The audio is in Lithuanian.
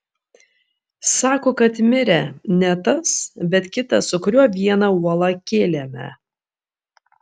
sako kad mirė ne tas bet kitas su kuriuo vieną uolą kėlėme